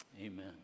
amen